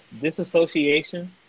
disassociation